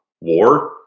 war